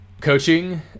coaching